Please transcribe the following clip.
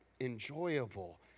enjoyable